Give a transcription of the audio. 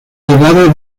legado